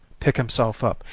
pick himself up,